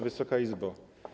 Wysoka Izbo!